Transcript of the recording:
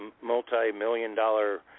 multi-million-dollar